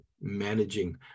managing